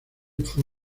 fue